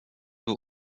był